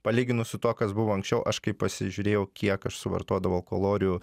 palyginus su tuo kas buvo anksčiau aš kai pasižiūrėjau kiek aš suvartodavau kalorijų